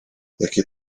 jakie